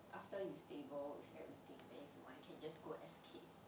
after you stable with everything then if you want you can just go S_K